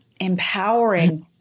empowering